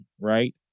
right